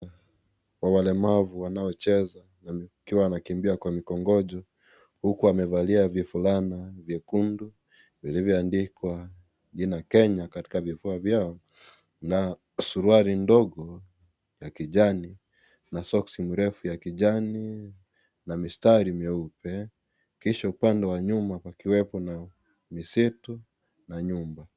Walemavu wanaocheza wakiwa mamekimbia kwa mikongojo huku, wamevalia vifulana vyekundu vilivyoandikwa jina Kenya katika vifua vyao na suruali ndogo ya kijani na soski mrefu ya kijani na mistari meupe. Kisha upande wa nyuma pakiwepo msitu na nyumba.